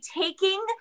taking